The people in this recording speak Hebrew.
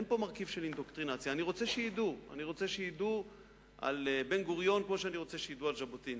אני רוצה שידעו על בן-גוריון כמו שאני רוצה שידעו על ז'בוטינסקי.